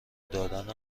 دادن